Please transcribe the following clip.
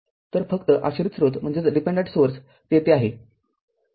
तर फक्त आश्रित स्रोत तेथे आहे